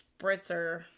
spritzer